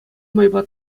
майпа